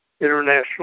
international